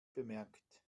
bemerkt